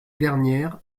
dernières